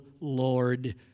Lord